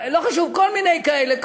לא חשוב, כל מיני כאלה.